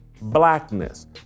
blackness